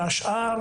השאר,